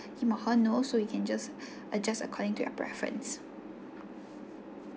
him or her know so you can just adjust according to your preference